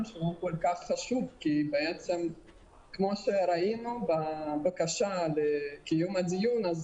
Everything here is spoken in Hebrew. שהוא כל כך חשוב כי בעצם כמו שראינו בבקשה לקיום הדיון,